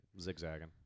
Zigzagging